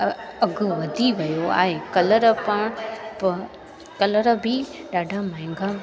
अ अघु वधी वियो आहे कलर पाण प कलर बि ॾाढा महंगा